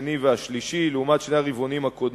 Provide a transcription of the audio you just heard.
השני והשלישי לעומת שני הרבעונים הקודמים,